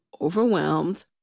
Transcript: overwhelmed